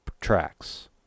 tracks